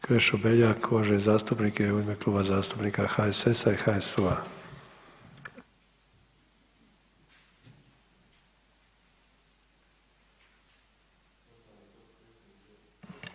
Krešo Beljak uvaženi zastupnik u ime Kluba zastupnika HSS-a i HSU-a.